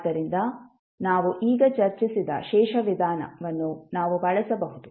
ಆದ್ದರಿಂದ ನಾವು ಈಗ ಚರ್ಚಿಸಿದ ಶೇಷ ವಿಧಾನವನ್ನು ನಾವು ಬಳಸಬಹುದು